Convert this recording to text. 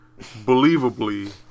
believably